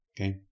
Okay